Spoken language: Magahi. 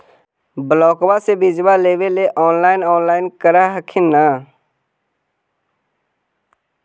ब्लोक्बा से बिजबा लेबेले ऑनलाइन ऑनलाईन कर हखिन न?